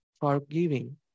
forgiving